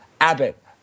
Abbott